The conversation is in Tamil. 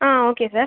ah okay sir